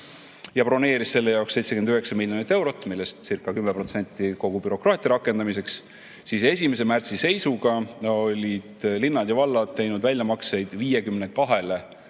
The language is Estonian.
ja broneeris selle jaoks 79 miljonit eurot, millestcirca10% kulus bürokraatia rakendamiseks, siis 1. märtsi seisuga olid linnad ja vallad teinud väljamakseid 52